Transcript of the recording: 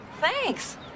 Thanks